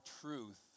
truth